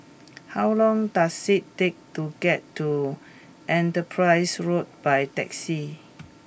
how long does it take to get to Enterprise Road by taxi